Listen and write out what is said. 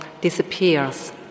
disappears